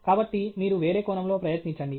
కాబట్టి మీరు వేరే కోణంలో ప్రయత్నించండి